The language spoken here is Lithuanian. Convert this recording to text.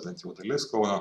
bent jau dalis kauno